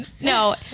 No